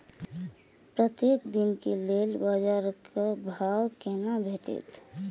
प्रत्येक दिन के लेल बाजार क भाव केना भेटैत?